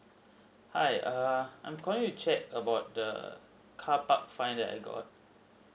hi err I'm calling to check about the carpark fine that I got